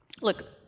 look